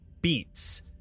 beats